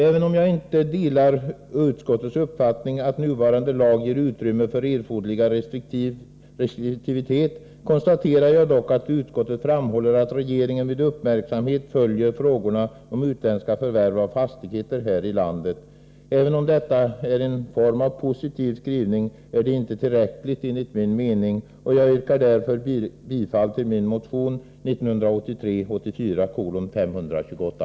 Även om jag inte delar utskottets uppfattning att nuvarande lag ger utrymme för erforderlig restriktivitet, konstaterar jag dock att utskottet framhåller att regeringen med uppmärksamhet följer frågorna om utländska förvärv av fastigheter här i landet. Även om detta är en form av positiv skrivning, är det inte tillräckligt enligt min mening, och jag yrkar därför bifall till min motion 1983/84:528.